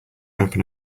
open